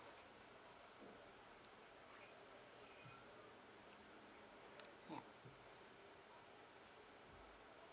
yup